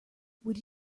would